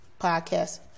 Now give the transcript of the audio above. podcast